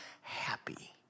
happy